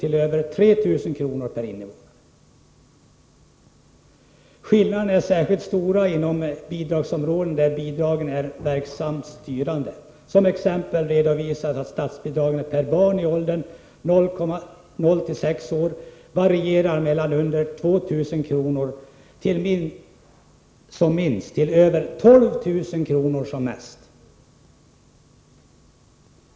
till över 3 000 kr. per invånare. Skillnaderna är särskilt stora inom bidragsområden där bidragen är verksamt styrande. Som exempel redovisas att statsbidragen per barn i åldern 0-6 år varierar mellan under 2 000 kr. som minst och över 12 000 kr. som mest.